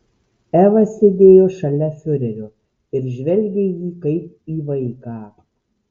eva sėdėjo šalia fiurerio ir žvelgė į jį kaip į vaiką